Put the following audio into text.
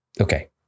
Okay